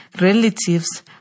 relatives